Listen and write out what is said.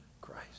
Christ